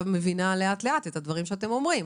מבינה לאט לאט את הדברים שאתם אומרים.